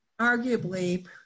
arguably